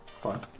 fine